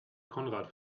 konrad